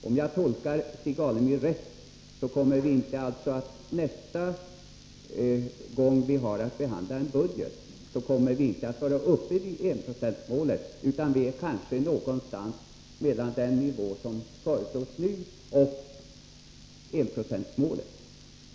Om jag tolkar Stig Alemyr rätt, kommer vi nästa gång vi har att behandla en budget inte att vara uppe vid enprocentsmålet, utan kanske någonstans mellan den nivå som nu föreslås och enprocentsmålet.